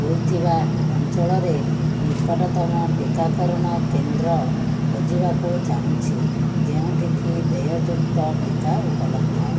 ହୋଇଥିବା ଅଞ୍ଚଳରେ ନିକଟତମ ଟିକାକରଣ କେନ୍ଦ୍ର ଖୋଜିବାକୁ ଚାହୁଁଛି ଯେଉଁଠିକି ଦେୟଯୁକ୍ତ ଟିକା ଉପଲବ୍ଧ